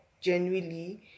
genuinely